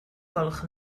gwelwch